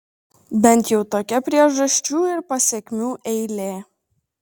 bent jau tokia priežasčių ir pasekmių eilė